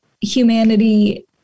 humanity